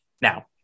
Now